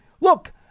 Look